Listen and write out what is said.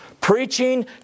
Preaching